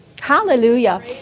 Hallelujah